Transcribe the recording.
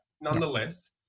Nonetheless